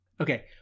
Okay